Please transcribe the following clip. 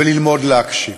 וללמוד להקשיב.